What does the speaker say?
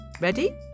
Ready